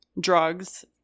drugs